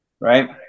right